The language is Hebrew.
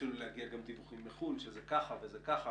יתחילו להגיע גם דיווחים מחו"ל שזה ככה וזה ככה.